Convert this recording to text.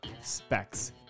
specs